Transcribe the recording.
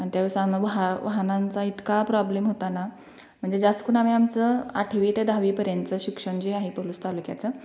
आणि त्या वेळेस आम वाहा वाहनांचा इतका प्रॉब्लेम होता ना म्हणजे जास्तकुन आम्ही आमचं आठवी ते दहावीपर्यंतचं शिक्षण जे आहे तालुक्याचं